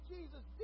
Jesus